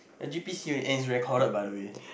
your G_P C and it's recorded by the way